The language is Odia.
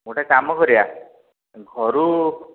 ଗୋଟେ କାମ କରିବା ଘରୁ